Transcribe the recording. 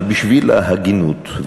אבל בשביל ההגינות,